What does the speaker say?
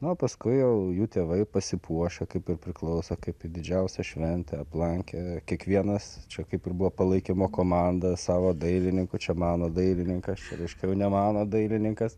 na o paskui jau jų tėvai pasipuošę kaip ir priklauso kaip didžiausią šventę aplankė kiekvienas čia kaip ir buvo palaikymo komanda savo dailininku čia mano dailininkas čia reiškia jau ne mano dailininkas